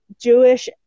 Jewish